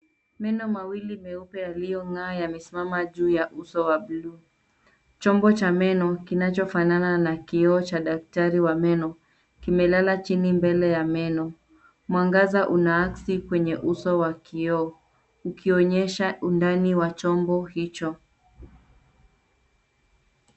Meno mawili meupe yaliyong'aa yamesimama juu ya uso wa buluu. Chombo cha meno kinachofanana na kioo cha daktari wa meno kimelala chini mbele ya meno. Mwangaza unaaksi kwenye uso wa kioo ukionyesha undani wa chombo hicho.